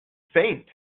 faint